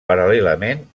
paral·lelament